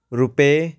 ਰੁਪਏ